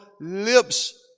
lips